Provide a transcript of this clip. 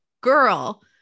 girl